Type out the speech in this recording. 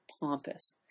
pompous